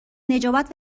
نجابت